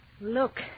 Look